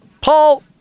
Paul